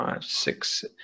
six